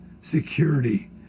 security